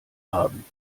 haben